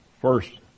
First